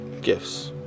gifts